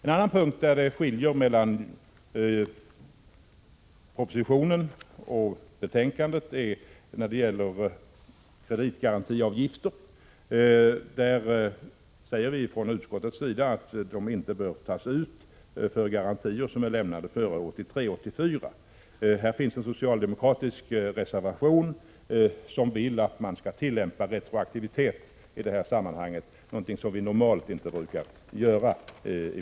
En annan punkt där det skiljer mellan propositionen och betänkandet är när det gäller kreditgarantiavgifter. Från utskottets sida säger vi att sådana inte bör tas ut för garantier som är lämnade före 1983/84. Här finns en socialdemokratisk reservation, som vill att man skall tillämpa retroaktivitet i det här sammanhanget, någonting som vi normalt inte brukar göra.